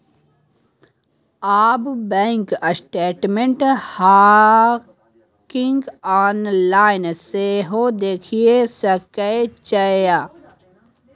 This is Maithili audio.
आब बैंक स्टेटमेंट गांहिकी आनलाइन सेहो देखि सकै छै